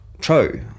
true